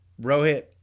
Rohit